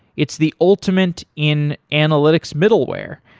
it's the ultimate in analytics middleware.